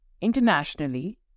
Internationally